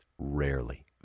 rarely